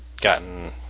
gotten